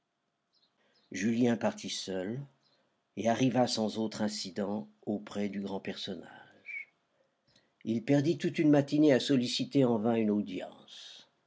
julien partit seul et arriva sans autre incident auprès du grand personnage il perdit toute une matinée à solliciter en vain une audience